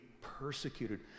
persecuted